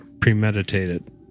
premeditated